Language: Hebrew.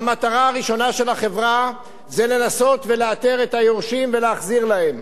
והמטרה הראשונה של החברה היא לנסות ולאתר את היורשים ולהחזיר להם.